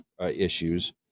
issues